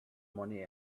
money